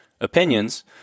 opinions